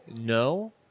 no